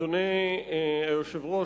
אדוני היושב-ראש,